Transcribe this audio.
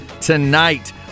tonight